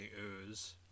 ooze